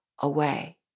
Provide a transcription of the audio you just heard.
away